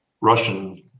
Russian